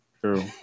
True